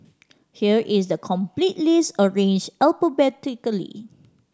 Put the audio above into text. here is the complete list arranged alphabetically